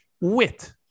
wit